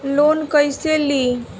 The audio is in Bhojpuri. लोन कईसे ली?